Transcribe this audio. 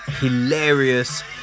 Hilarious